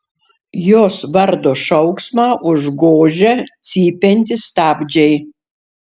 jos vardo šauksmą užgožia cypiantys stabdžiai